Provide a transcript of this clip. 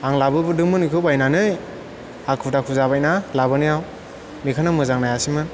आं लाबोबोदोंमोन बेखौ बायनानै हाखु दाखु जाबायना लाबोनायाव बिखायनो मोजां नायासैमोन